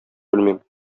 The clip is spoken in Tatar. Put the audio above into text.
белмим